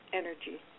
energy